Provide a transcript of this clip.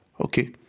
Okay